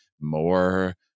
more